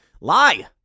lie